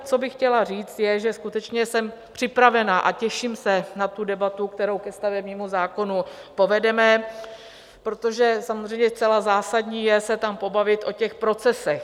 Co bych chtěla říct, je, že skutečně jsem připravena a těším se na debatu, kterou ke stavebnímu zákonu povedeme, protože samozřejmě zcela zásadní je tam pobavit se o těch procesech.